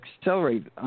accelerate